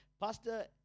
Pastor